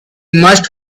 must